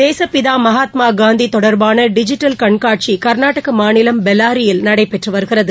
தேசப்பிதா மகாத்மா காந்தி தொடா்பான டிஜிட்டல் கண்காட்சி கா்நாடக மாநிலம் பெலாரியில் நடைபெற்று வருகிறது